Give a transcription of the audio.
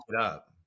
up